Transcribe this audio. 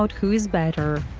who is better,